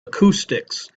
acoustics